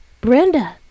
Brenda